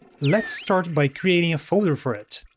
let's start by creating a folder for it.